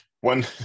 one